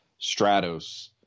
stratos